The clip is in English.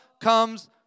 comes